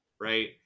right